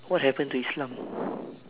what happen to islam